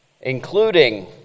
Including